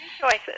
choices